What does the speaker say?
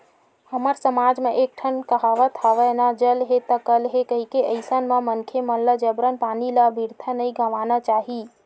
हमर समाज म एक ठन कहावत हवय ना जल हे ता कल हे कहिके अइसन म मनखे मन ल जबरन पानी ल अबिरथा नइ गवाना चाही